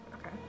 Okay